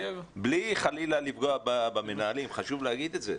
בלי חלילה לפגוע במנהלים, חשוב להגיד את זה.